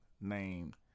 named